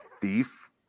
thief